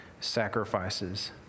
sacrifices